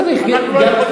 צריך,